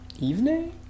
evening